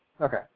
Okay